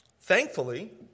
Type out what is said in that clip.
Thankfully